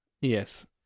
Yes